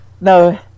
No